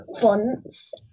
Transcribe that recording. fonts